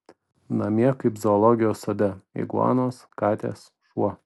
namie kaip zoologijos sode iguanos katės šuo